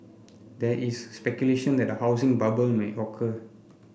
there is speculation that a housing bubble may occur